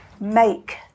make